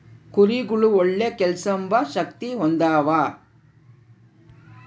ಕುರಿಗುಳು ಒಳ್ಳೆ ಕೇಳ್ಸೆಂಬ ಶಕ್ತಿ ಹೊಂದ್ಯಾವ